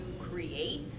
create